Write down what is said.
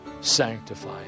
sanctify